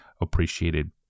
appreciated